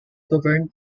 governed